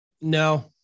No